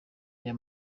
reba